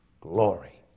Glory